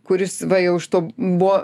kuris va jau iš to buvo